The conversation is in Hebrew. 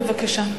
בבקשה.